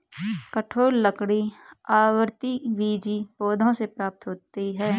कठोर लकड़ी आवृतबीजी पौधों से प्राप्त होते हैं